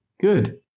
Good